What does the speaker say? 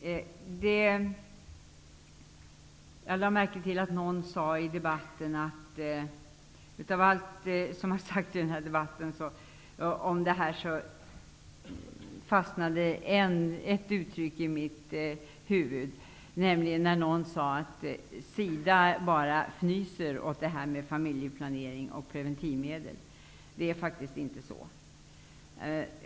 Det är ett uttryck i den här debatten som har fastnat i mitt huvud. Någon talare här sade nämligen att SIDA bara fnyser åt det här med familjeplanering och preventivmedel. Så är det faktiskt inte.